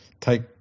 take